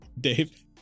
Dave